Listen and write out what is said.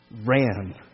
ran